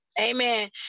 amen